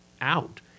out